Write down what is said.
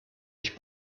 ich